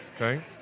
okay